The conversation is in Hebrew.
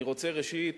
אני רוצה, ראשית,